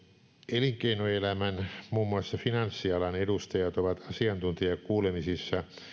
elinkeinoelämän muun muassa finanssialan edustajat ovat asiantuntijakuulemisissa